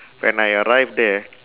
when I arrive there